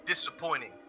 disappointing